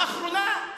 לאחרונה,